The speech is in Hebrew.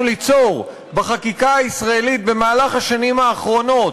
ליצור בחקיקה הישראלית במהלך השנים האחרונות,